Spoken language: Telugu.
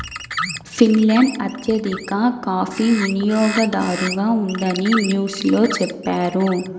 ఫిన్లాండ్ అత్యధిక కాఫీ వినియోగదారుగా ఉందని న్యూస్ లో చెప్పారు